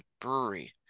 Brewery